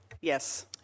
yes